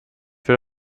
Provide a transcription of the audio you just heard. für